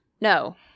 No